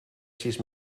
sis